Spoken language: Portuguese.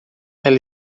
ela